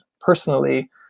personally